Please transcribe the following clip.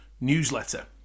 newsletter